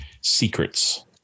secrets